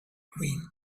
green